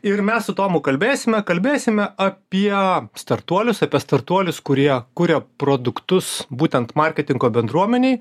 ir mes su tomu kalbėsime kalbėsime apie startuolius apie startuolius kurie kuria produktus būtent marketingo bendruomenei